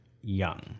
young